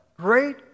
Great